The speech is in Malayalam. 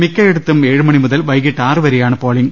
മിക്കയിടത്തും ഏഴ് മണി മുതൽ വൈകിട്ട് ആറുവരെയാണ് പോളിങ്